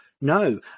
No